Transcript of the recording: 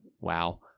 wow